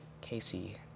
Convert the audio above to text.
Casey